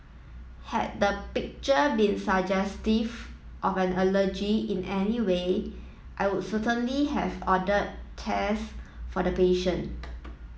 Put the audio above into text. had the picture been suggestive of an allergy in any way I would certainly have order test for the patient